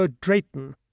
Drayton